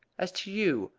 as to you,